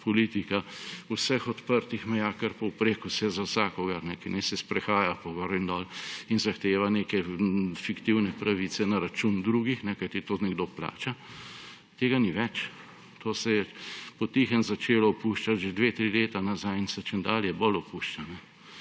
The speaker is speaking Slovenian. politika vseh odprtih meja kar povprek, vse za vsakogar, ki naj se sprehaja gor in dol in zahteva neke fiktivne pravice na račun drugih, kajti to nekdo plača. Tega ni več, to se je po tihem začelo opuščati že dve, tri leta nazaj in se čedalje bolj opušča.